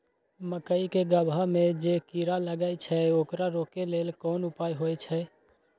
मकई के गबहा में जे कीरा लागय छै ओकरा रोके लेल कोन उपाय होय है?